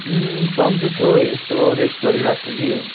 सन्चै छु हौ यसो रेस्ट गरिरहेको थिएँ कि